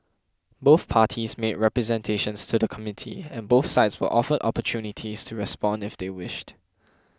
both parties made representations to the Committee and both sides were offered opportunities to respond if they wished